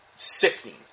sickening